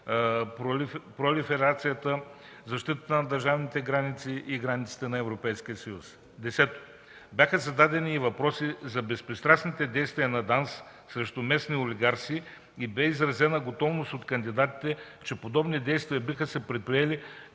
пролиферацията, защитата на държавните граници и границите на Европейския съюз. 10. Бяха зададени и въпроси за безпристрастните действия на ДАНС срещу местни олигарси и бе изразена готовност от кандидатите, че подобни действия биха се предприели